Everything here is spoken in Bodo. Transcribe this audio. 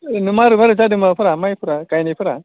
ओरैनो मारै मारै जादो माबाफोरा माइफोरा गायनायफोरा